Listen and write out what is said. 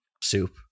Soup